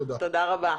תודה רבה.